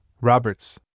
Roberts